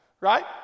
Right